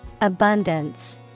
Abundance